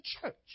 church